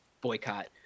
boycott